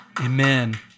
Amen